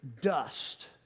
dust